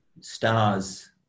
stars